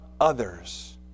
others